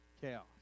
chaos